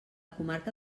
comarca